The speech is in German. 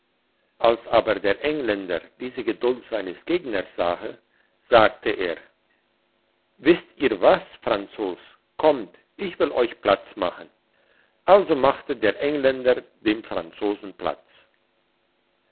als aber der engländer diese geduld seines gegners sahe sagte er wisst ihr was franzos kommt ich will euch platz machen also machte der engländer dem franzosen platz